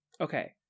Okay